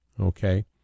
Okay